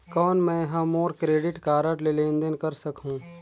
कौन मैं ह मोर क्रेडिट कारड ले लेनदेन कर सकहुं?